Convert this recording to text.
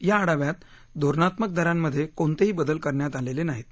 या आढाव्यात धोरणात्मक दरांमधेत कोणतेही बदल करण्यात आलेले नाहीत